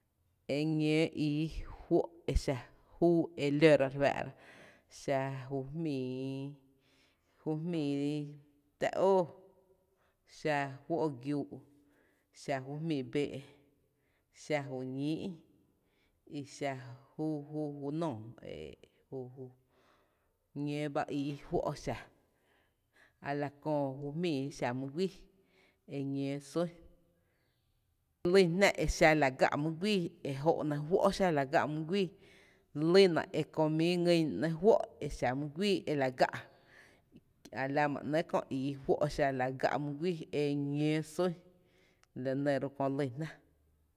E ñǿǿ ii fó’ e xa, júú e lóra re fáá’ra: xa ju jmíií, ju jmíií tⱥ óó, xa fó’ giúu’ xa ju jmíií bee’, xa ju ñíí’, i xa júú júú nóoó e e ñǿǿ ba ii juó’ xa, a la köö ju jmíi xa múy guíí, e ñǿǿ sún, lýn jná e la gá’ mý guíí xa e ñǿǿ sún, lýna e köi míí ngýn ‘néé’ juó’ xa mý guíí e la gá’, ki a la ma ‘nɇɇ’ köö íí juó’ xa la gá’ mý guíí e ñǿǿ sún, la nɇ ro’ kö lýn jná.